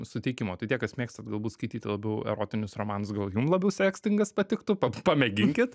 suteikimo tai tie kas mėgstat galbūt skaityti labiau erotinius romanus gal jum labiau sekstingas patiktų pa pamėginkit